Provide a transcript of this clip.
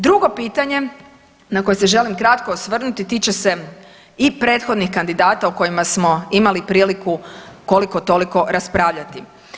Drugo pitanje na koje se želim kratko osvrnuti tiče se i prethodnih kandidata o kojima smo imali priliku koliko toliko raspravljati.